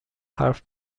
حرف